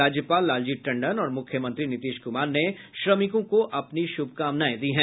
राज्यपाल लालजी टंडन और मुख्यमंत्री नीतीश कुमार ने श्रमिकों को अपनी शुभकामनाएं दी है